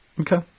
Okay